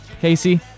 Casey